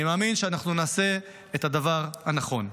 אני מאמין שאנחנו נעשה את הדבר הנכון.